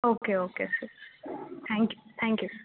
okay okay sir thank you thank you sir